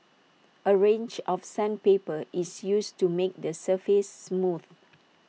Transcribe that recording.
A range of sandpaper is used to make the surface smooth